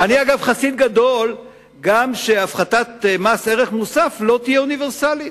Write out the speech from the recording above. אני חסיד גדול גם של זה שהפחתת מס ערך מוסף לא תהיה אוניברסלית.